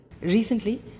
Recently